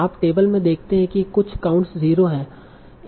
आप टेबल में देखते हैं कि कुछ काउंट्स 0 हैं